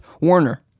Warner